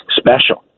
special